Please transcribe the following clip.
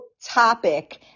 topic